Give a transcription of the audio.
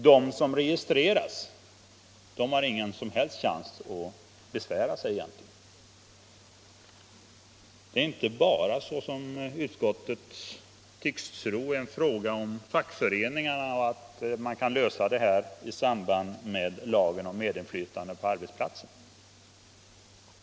De som registreras har egentligen ingen som helst chans att besvära sig. Det är inte bara, som utskottet tycks tro, en fråga som gäller fackföreningarna och som skall kunna lösas i samband med lagen om medinflytande på arbetsplatsen.